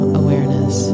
awareness